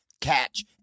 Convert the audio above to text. Catch